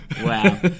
wow